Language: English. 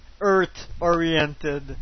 earth-oriented